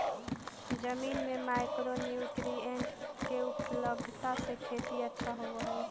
जमीन में micro nutrient के उपलब्धता से खेती अच्छा होब हई